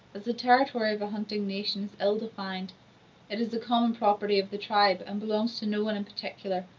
as the territory of a hunting-nation is ill-defined it is the common property of the tribe, and belongs to no one in particular,